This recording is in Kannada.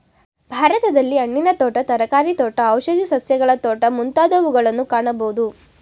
ಭಾರತದಲ್ಲಿ ಹಣ್ಣಿನ ತೋಟ, ತರಕಾರಿ ತೋಟ, ಔಷಧಿ ಸಸ್ಯಗಳ ತೋಟ ಮುಂತಾದವುಗಳನ್ನು ಕಾಣಬೋದು